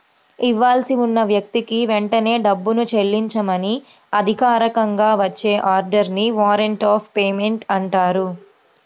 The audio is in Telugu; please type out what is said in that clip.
ఇవ్వాల్సి ఉన్న వ్యక్తికి వెంటనే డబ్బుని చెల్లించమని అధికారికంగా వచ్చే ఆర్డర్ ని వారెంట్ ఆఫ్ పేమెంట్ అంటారు